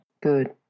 Good